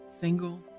single